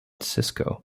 cisco